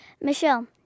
Michelle